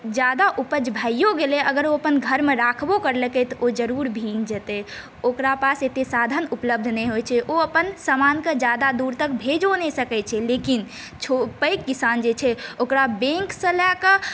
ज्यादा उपज भैओ गेलै अगर ओ अपन घरमे राखबो करलकै तऽ ओ जरूर भीग जेतै ओकरा पास एतेक साधन उपलब्ध नहि होइ छै ओ अपन समानके ज्यादा दूर तक भेजिओ नहि सकै छै लेकिन पैघ किसान जे छै ओकरा बैंकसँ लऽ कऽ